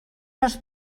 les